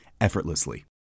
effortlessly